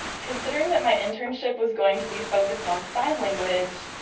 considering that my internship was going to be focused on sign language,